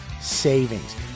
savings